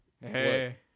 Hey